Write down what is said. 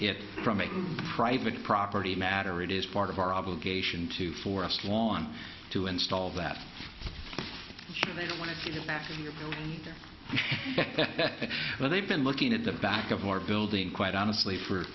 it from a private property matter it is part of our obligation to forest lawn to install that they don't want to get it back but they've been looking at the back of our building quite honestly for